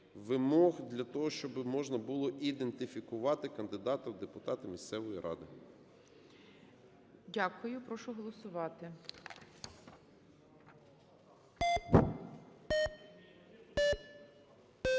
для того, щоби можна було ідентифікувати кандидата в депутати місцевої ради. ГОЛОВУЮЧИЙ. Дякую. Прошу голосувати.